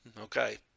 Okay